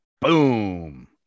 Boom